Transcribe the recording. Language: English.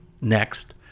Next